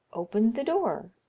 opened the door,